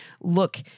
look